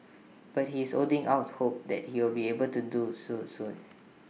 but he is holding out hope that he will be able to do so soon